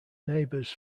neighbours